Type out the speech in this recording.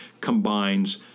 combines